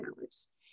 hours